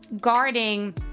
guarding